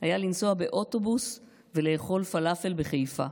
היה לנסוע באוטובוס ולאכול פלאפל בחיפה.